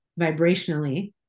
Vibrationally